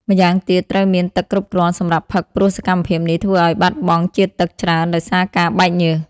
ម្យ៉ាងទៀត ត្រូវមានទឹកគ្រប់គ្រាន់សម្រាប់ផឹកព្រោះសកម្មភាពនេះធ្វើឱ្យបាត់បង់ជាតិទឹកច្រើនដោយសារការបែកញើស។